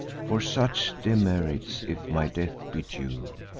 for such demerits if my death be due,